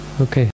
Okay